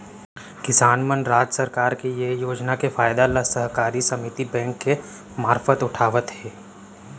किसान मन राज सरकार के ये योजना के फायदा ल सहकारी समिति बेंक के मारफत उठावत हें